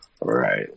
Right